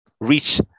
reach